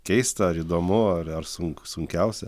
keista ar įdomu ar ar sunku sunkiausia